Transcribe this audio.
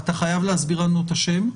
אתה חייב להסביר לנו את השם.